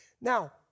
Now